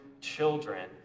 children